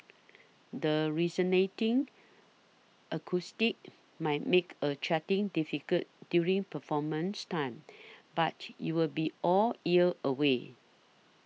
the resonating acoustics might make a chatting difficult during performance time but you will be all ears anyway